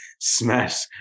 Smash